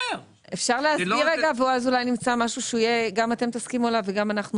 אפשר להסביר ואז אולי נמצא משהו שגם אתם תסכימו עליו וגם אנחנו